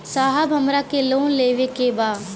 साहब हमरा के लोन लेवे के बा